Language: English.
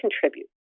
contribute